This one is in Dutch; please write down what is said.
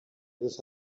dus